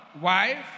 wife